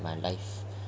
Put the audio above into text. my life